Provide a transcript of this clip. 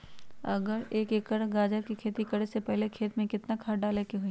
अगर एक एकर में गाजर के खेती करे से पहले खेत में केतना खाद्य डाले के होई?